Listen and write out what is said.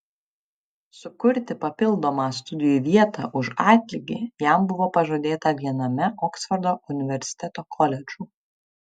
sukurti papildomą studijų vietą už atlygį jam buvo pažadėta viename oksfordo universiteto koledžų